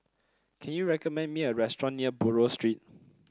can you recommend me a restaurant near Buroh Street